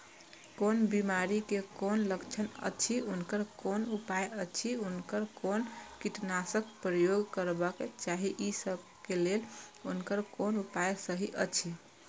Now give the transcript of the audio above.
कोन बिमारी के कोन लक्षण अछि उनकर कोन उपाय अछि उनकर कोन कीटनाशक प्रयोग करबाक चाही ई सब के लेल उनकर कोन उपाय सहि अछि?